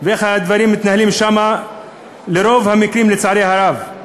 ואיך הדברים מתנהלים שם ברוב המקרים, לצערי הרב.